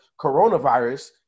coronavirus